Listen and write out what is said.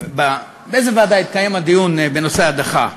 באיזו ועדה התקיים הדיון בנושא ההדחה?